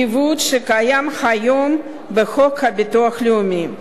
עיוות שקיים היום בחוק הביטוח הלאומי.